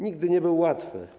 Nigdy nie był łatwy.